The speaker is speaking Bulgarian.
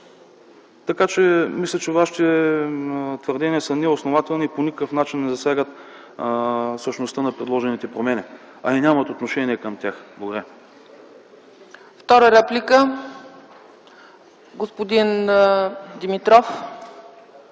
Така че мисля, че Вашите твърдения са неоснователни и по никакъв начин не засягат същността на предложените промени, а и нямат отношение към тях. Благодаря.